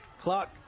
Clock